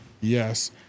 Yes